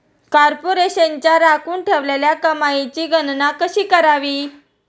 कॉर्पोरेशनच्या राखून ठेवलेल्या कमाईची गणना कशी करावी